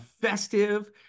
festive